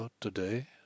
to-day